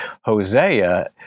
Hosea